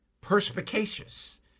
perspicacious